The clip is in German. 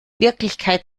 wirklichkeit